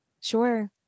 Sure